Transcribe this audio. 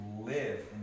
live